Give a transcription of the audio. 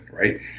right